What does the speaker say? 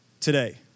today